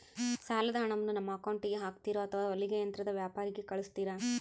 ಸಾಲದ ಹಣವನ್ನು ನಮ್ಮ ಅಕೌಂಟಿಗೆ ಹಾಕ್ತಿರೋ ಅಥವಾ ಹೊಲಿಗೆ ಯಂತ್ರದ ವ್ಯಾಪಾರಿಗೆ ಕಳಿಸ್ತಿರಾ?